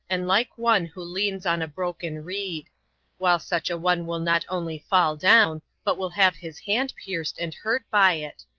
and like one who leans on a broken reed while such a one will not only fall down, but will have his hand pierced and hurt by it.